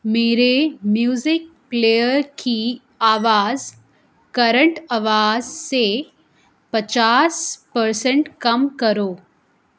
میرے music player کی آواز کرنٹ آواز سے پچاس پرسینٹ کم کرو